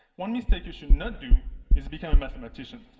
one mistake you should not do is become a mathematician.